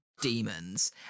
demons